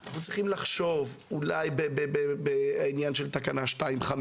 אנחנו צריכים לחשוב אולי בעניין של תקנה 2.5